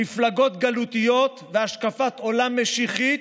מפלגות גלותיות והשקפת עולם משיחית,